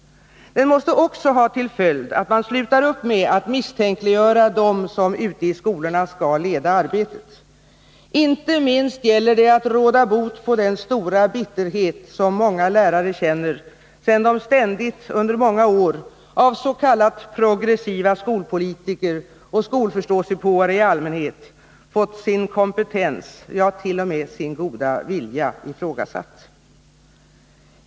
Den måste också ha till följd att man slutar upp med att misstänkliggöra dem som ute i skolorna skall leda arbetet. Inte minst gäller det att råda bot på den stora bitterhet som många lärare känner, sedan de ständigt under många åravs.k. progressiva skolpolitiker och skolförståsigpåare i allmänhet fått sin kompetens, ja t.o.m. sin goda vilja, ifrågasatt.